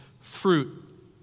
fruit